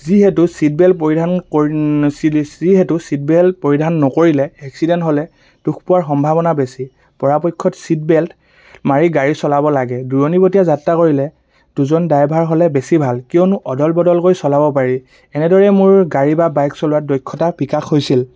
যিহেতু seat belt পৰিধান কৰি যিহেতু ছিট বেল্ট পৰিধান নকৰিলে এক্সিডেণ্ট হ'লে দুখ পোৱাৰ সম্ভাৱনা বেছি পৰাপক্ষত ছিট বেল্ট মাৰি গাড়ী চলাব লাগে দূৰণিবটীয়া যাত্ৰা কৰিলে দুজন ড্ৰাইভাৰ হ'লে বেছি ভাল কিয়নো অদল বদলকৈ চলাব পাৰি এনেদৰেই মোৰ গাড়ী বা বাইক চলোৱাৰ দক্ষতা বিকাশ হৈছিল